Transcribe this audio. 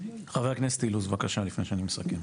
חבר הכנסת אילוז, בבקשה, לפני שאני מסכם.